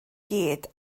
gyd